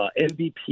MVP